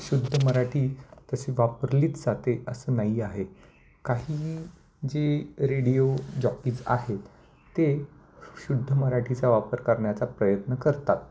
शुद्ध मराठी तशी वापरलीच जाते असं नाही आहे काही जे रेडिओ जॉकीज् आहेत ते शुद्ध मराठीचा वापर करण्याचा प्रयत्न करतात